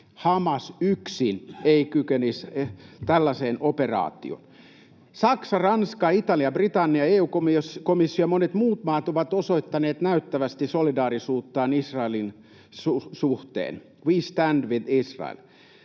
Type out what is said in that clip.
Hamas yksin ei kykenisi tällaiseen operaatioon. Saksa, Ranska, Italia, Britannia, EU-komissio ja monet muut maat ovat osoittaneet näyttävästi solidaarisuuttaan Israelin suhteen: We stand with Israel.